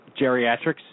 geriatrics